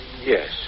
Yes